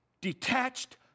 Detached